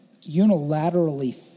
unilaterally